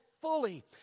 fully